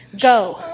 go